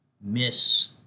miss